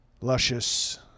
luscious